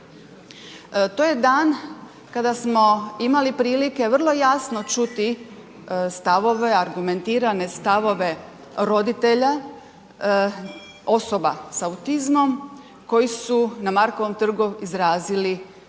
To je dan kada smo imali prilike vrlo jasno čuti stavove, argumentirane stavove roditelja osoba s autizmom koji su na Markovom trgu izrazili što